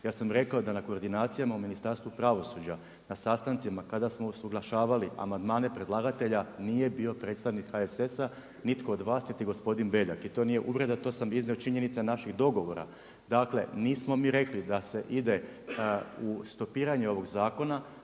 Ja sam rekao da na koordinacijama u Ministarstvu pravosuđa na sastancima kada smo usuglašavali amandmane predlagatelja nije bio predstavnik HSS-a nitko od vas niti gospodin Beljak i to nije uvreda to sam iznio činjenice naših dogovora. Dakle nismo mi rekli da se ide u stopiranje ovog zakona